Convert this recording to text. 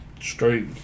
straight